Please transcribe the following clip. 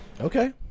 Okay